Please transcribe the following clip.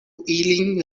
ilin